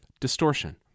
distortion